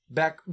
back